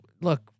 look